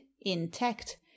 intact